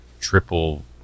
triple